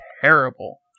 terrible